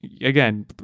again